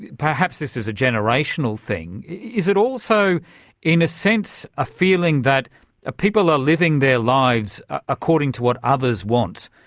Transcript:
perhaps this is a generational thing. is it also in a sense a feeling that ah people are living their lives according to what others want,